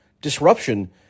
disruption